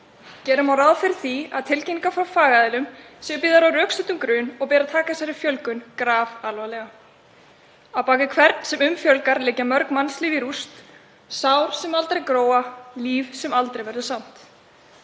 Gera má ráð fyrir því að tilkynningar frá fagaðilum séu byggðar á rökstuddum grun og ber að taka þessa fjölgun grafalvarlega. Á bak við hvern þann sem fjölgar um liggja mörg mannslíf í rúst, sár sem aldrei gróa, líf sem aldrei verður samt.